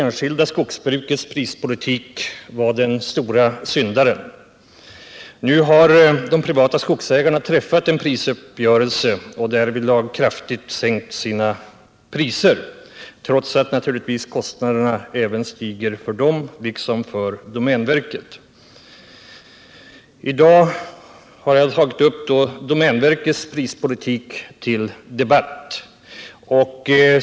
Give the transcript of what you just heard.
Nu har de privata skogsägarna träffat en prisuppgörelse och därvidlag kraftigt sänkt sina priser trots att kostnaderna naturligtvis stiger för dem liksom för domänverket. I min fråga har jag tagit upp domänverkets prispolitik till debatt.